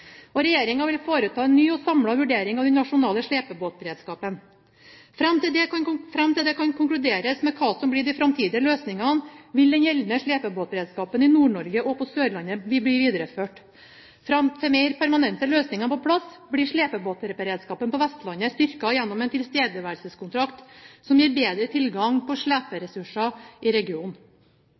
vil foreta en ny og samlet vurdering av den nasjonale slepebåtberedskapen. Fram til det kan konkluderes med hva som blir de framtidige løsningene, vil den gjeldende slepebåtberedskapen i Nord-Norge og på Sørlandet bli videreført. Fram til mer permanente løsninger er på plass, blir slepebåtberedskapen på Vestlandet styrket gjennom en tilstedeværelseskontrakt, som gir bedre tilgang på sleperessurser i regionen.